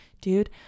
dude